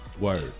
Word